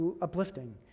uplifting